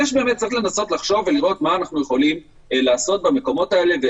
צריך לחשוב ולראות מה אנחנו יכולים לעשות במקומות האלה,